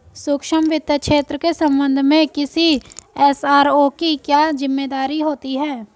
सूक्ष्म वित्त क्षेत्र के संबंध में किसी एस.आर.ओ की क्या जिम्मेदारी होती है?